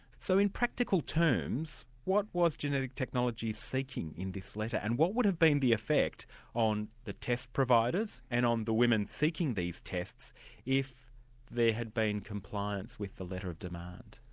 so in practical terms, what was genetic technologies seeking in this letter, and what would have been the effect on the test providers, and on the women seeking these tests if there had been compliance with the letter of demand?